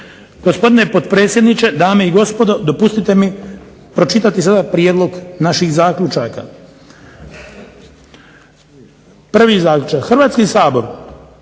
Gospodine potpredsjedniče, dame i gospodo dopustite mi pročitati sada prijedlog naših zaključaka. Prvi zaključak: "Hrvatski sabor